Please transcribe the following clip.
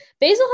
basil